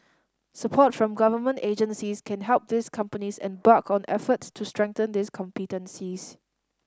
support from government agencies can help these companies embark on efforts to strengthen these competencies